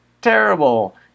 terrible